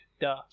duh